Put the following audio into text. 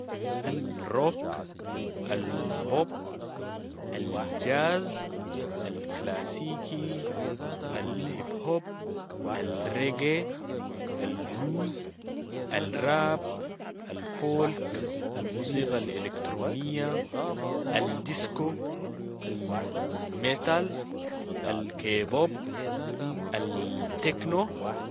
الروك، البوب، الجاز، الكلاسيكي، الهب هوب، الريغي، البلوز، الراب، الفولك، الموسيقى الإلكترونية، الديسكو، الميتال الكي بوب، التكنو.